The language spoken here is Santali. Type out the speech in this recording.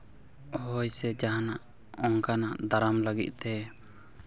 ᱦᱚᱭ ᱥᱮ ᱡᱟᱦᱟᱱᱟᱜ ᱚᱱᱠᱟᱱᱟᱜ ᱫᱟᱨᱟᱢ ᱞᱟᱹᱜᱤᱫ ᱛᱮ